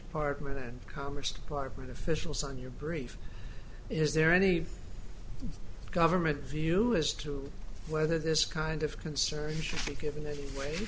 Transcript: department and commerce department officials on your brief is there any government view as to whether this kind of concern should be given the way